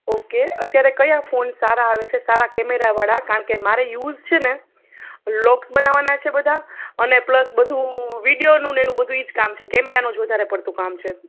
okay અત્યારે કયા phone સારા આવે છે સારા કેમેરાવાળા કારણ કે મારે યુસ છે ને બ્લોગ બનાવાના છે બધા અને પ્લસ બધું વિડિયોનું એનું બધું ઈ જ કામ છે કેમેરાનું જ વધારે પડતું કામ છે